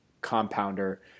compounder